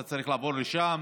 אתה צריך לעבור לשם